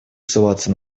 ссылаться